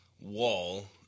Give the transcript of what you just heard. wall